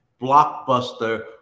blockbuster